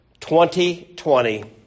2020